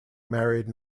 married